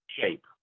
shape